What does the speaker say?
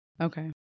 Okay